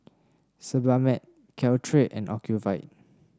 Sebamed Caltrate and Ocuvite